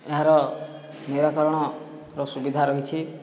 ଏହାର ନିରାକରଣର ସୁବିଧା ରହିଛି